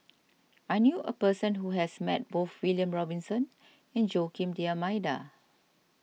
I knew a person who has met both William Robinson and Joaquim D'Almeida